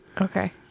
Okay